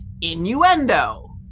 innuendo